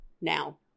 now